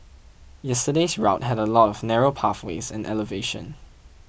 yesterday's route had a lot of narrow pathways and elevation